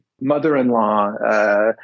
mother-in-law